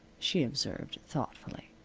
she observed, thoughtfully.